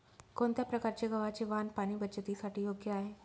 कोणत्या प्रकारचे गव्हाचे वाण पाणी बचतीसाठी योग्य आहे?